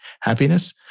happiness